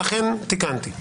לכן תיקנתי.